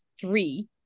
three